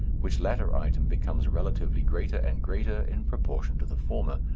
which latter item becomes relatively greater and greater in proportion to the former,